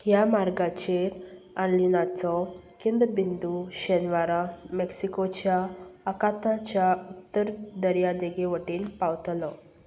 ह्या मार्गाचेर आल्लिनाचो केंद्रबिंदू शेनवारा मेक्सिकोच्या आकाताच्या उत्तर दर्यादेगे वटेन पावतलो